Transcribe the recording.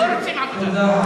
תודה.